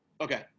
Okay